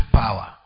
power